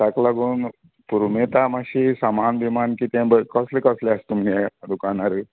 ताका लागून पुरुमेता मातशें सामान बिमान कितें ब कसलें कसलें आसा तुमगे दुकानारी